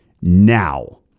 now